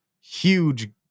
huge